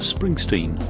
Springsteen